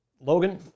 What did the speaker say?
Logan